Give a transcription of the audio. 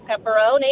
pepperoni